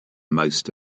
most